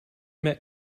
met